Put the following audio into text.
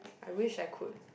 I wish I could